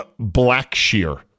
Blackshear